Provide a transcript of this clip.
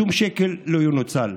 ושום שקל לא ינוצל: